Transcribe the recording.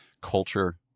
culture